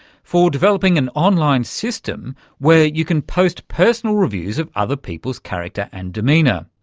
for developing an online system where you can post personal reviews of other people's character and demeanour.